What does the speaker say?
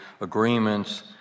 agreements